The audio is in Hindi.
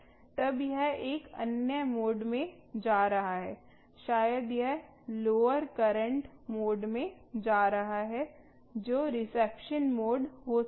तब यह एक अन्य मोड में जा रहा है शायद यह लोअर करंट मोड में जा रहा है जो रिसेप्शन मोड हो सकता है